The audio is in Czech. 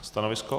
Stanovisko?